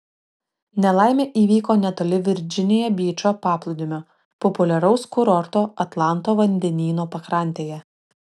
nelaimė įvyko netoli virdžinija byčo paplūdimio populiaraus kurorto atlanto vandenyno pakrantėje